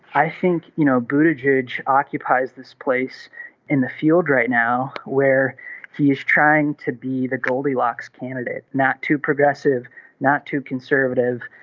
i think you know booted ridge occupies this place in the field right now where he is trying to be the goldilocks candidate not too progressive not too conservative.